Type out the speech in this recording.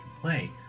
play